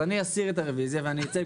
אני אסיר את הרביזיה ואצא,